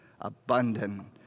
abundant